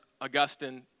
Augustine